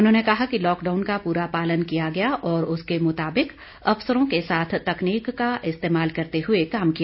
उन्होंने कहा कि लाकडाउन का पूरा पालन किया गया और उसके मुताबिक अफसरों के साथ तकनीक का इस्तेमाल करते हुए काम किया